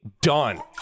Done